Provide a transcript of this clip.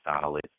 solid